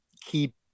keep